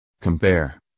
Compare